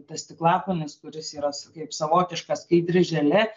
tas stiklakūnis kuris yra kaip savotiška skaidri želė